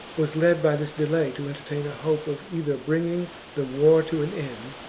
was led by this delay to entertain a hope of either bringing the war to an end,